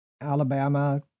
Alabama